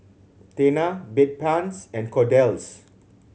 Tena Bedpans and Kordel's